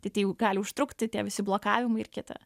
tai tai gali užtrukti tie visi blokavimai ir kita